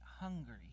hungry